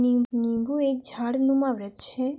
नींबू एक झाड़नुमा वृक्ष है